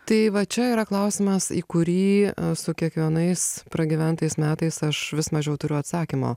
tai va čia yra klausimas į kurį su kiekvienais pragyventais metais aš vis mažiau turiu atsakymo